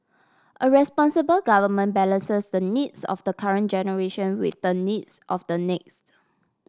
a responsible government balances the needs of the current generation with the needs of the next